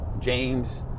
James